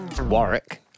Warwick